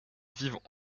vivent